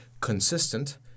consistent